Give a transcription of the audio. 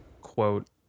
quote